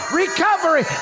recovery